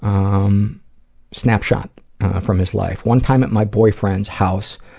um snapshot from his life. one time at my boyfriend's house,